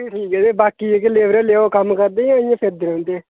भी ठीक ऐ ते बाकी जेह्की लेबर आह्ले ओह् कम्म करदे जां इ'यां फिरदे रौंहदे